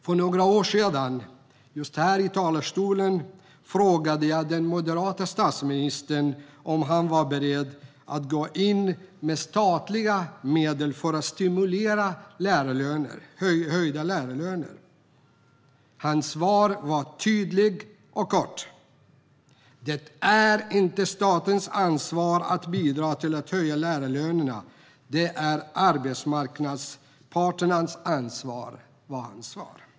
För några år sedan, just här i talarstolen, frågade jag den moderate statsministern om han var beredd att gå in med statliga medel för att stimulera höjda lärarlöner. Hans svar var tydligt och kort: Det är inte statens ansvar att bidra till att höja lärarlönerna. Det är arbetsmarknadens parters ansvar.